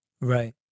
right